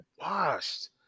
washed